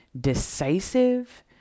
decisive